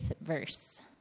verse